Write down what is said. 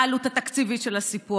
מה העלות התקציבית של הסיפוח,